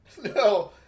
No